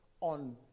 on